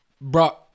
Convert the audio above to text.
Bro